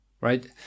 Right